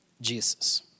Jesus